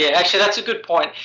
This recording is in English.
yeah actually, that's a good point.